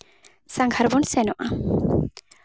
ᱥᱟᱸᱜᱷᱟᱨ ᱵᱚᱱ ᱥᱮᱱᱚᱜᱼᱟ